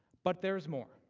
but there is more.